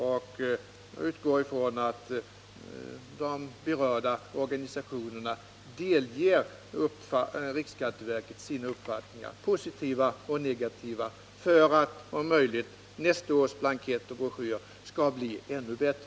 Jag utgår ifrån att de berörda organisationerna delger riksskatteverket sina synpunkter — positiva och negativa — för att nästa års blankett och broschyr om möjligt skall bli ännu bättre.